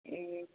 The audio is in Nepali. ए